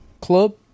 club